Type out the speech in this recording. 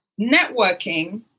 networking